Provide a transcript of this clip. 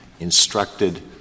Instructed